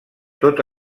tot